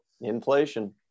inflation